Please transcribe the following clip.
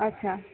અચ્છા